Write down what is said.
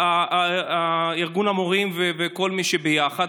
ארגון המורים וכל מי שביחד,